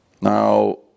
Now